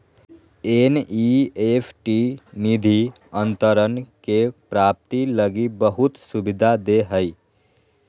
NEFT निधि अंतरण के प्राप्ति लगी बहुत सुविधा दे हइ